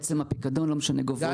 עצם הפיקדון, לא משנה גובהו.